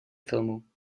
filmu